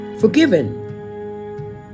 Forgiven